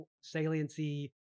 saliency